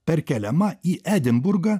perkeliama į edinburgą